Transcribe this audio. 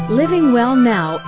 livingwellnow